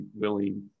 willing